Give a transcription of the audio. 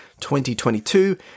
2022